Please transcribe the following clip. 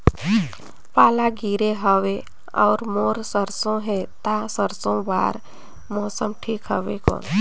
पाला गिरे हवय अउर मोर सरसो हे ता सरसो बार मौसम ठीक हवे कौन?